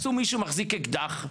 ובקיצור מי שמחזיק אקדח,